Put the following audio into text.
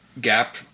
gap